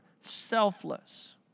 selfless